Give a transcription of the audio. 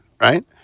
right